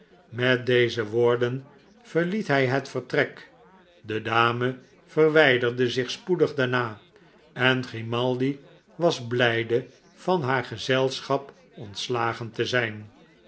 met deze woorden verliet hij het vertrek de dame verwijderde zich spoedig daarna en grimaldi was blijde van haar gezelschap ontslagen te zijn